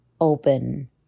open